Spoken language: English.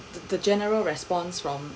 the the general response from